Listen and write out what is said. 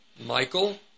Michael